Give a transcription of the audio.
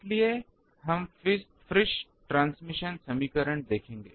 इसलिए हम Friis transmission समीकरण देखेंगे